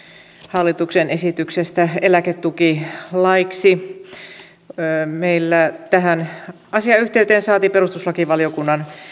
hallituksen esityksestä eläketukilaiksi tähän asiayhteyteen saatiin perustuslakivaliokunnan